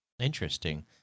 Interesting